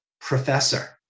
professor